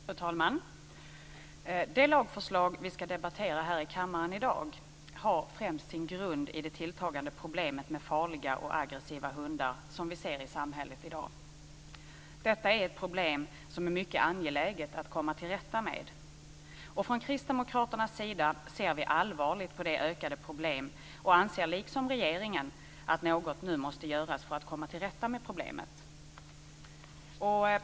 Fru talman! Det lagförslag som vi nu ska debattera här i kammaren har främst sin grund i det tilltagande problem med de farliga och aggressiva hundar som vi ser i samhället i dag. Detta är ett problem som det är mycket angeläget att komma till rätta med. Vi kristdemokrater ser allvarligt på detta ökande problem och anser, liksom regeringen, att något nu måste göras för att komma till rätta med problemet.